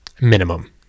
minimum